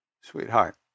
Sweetheart